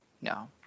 no